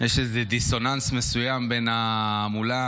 יש איזה דיסוננס מסוים בין ההמולה